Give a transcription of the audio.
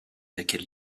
laquelle